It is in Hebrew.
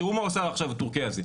תראו מה עשה עכשיו הטורקי הזה.